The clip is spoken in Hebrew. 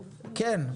כן.